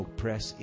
press